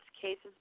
cases